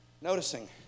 noticing